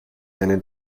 einen